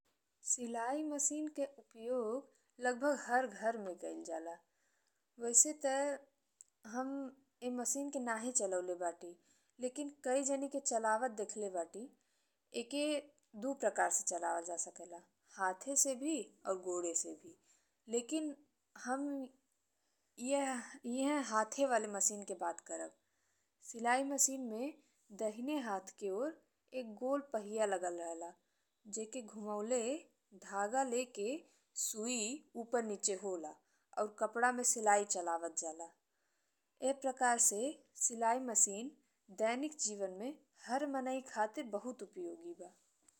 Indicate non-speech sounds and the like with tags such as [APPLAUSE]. सिलाई मशीन के उपयोग लगभग हर घर में कइल जाला। वैसे ता [HESITATION] हम [HESITATION] ई मशीन के नाहीं चलउले बाटी लेकिन कई जनी के चलावत देखले बाटी। इके दू प्रकार से चलावल जा सकेला, हाथे से भी और गोड़े से भी। लेकिन [HESITATION] हम [HESITATION] यह-यह हाथे वाले मशीन के बात करब। सिलाई मशीन में दहिने हाथ के तरफ एक गोल पहिया लागल रहेला, जेकें घुमाउले धागा लेके सुई ऊपर नीचे होला और कपड़ा में सिलाई चलावत जाला। ईह प्रकार से सिलाई मशीन दैनिक जीवन में हर मनई के खातिर बहुत उपयोगी बा।